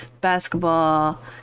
basketball